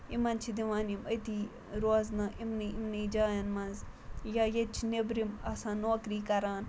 اِمَن چھِ دِوان یِم أتی روزنہٕ اِمنٕے اِمنٕے جایَن منٛز یا ییٚتہِ چھِ نیٚبرِم آسان نوکری کَران